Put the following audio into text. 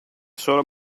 solo